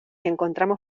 encontramos